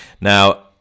now